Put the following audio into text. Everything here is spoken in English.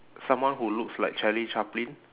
someone who looks like charlie chaplin